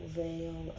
veil